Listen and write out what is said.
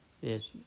yes